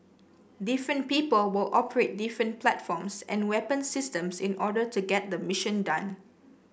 different people will operate different platforms and weapon systems in order to get the mission done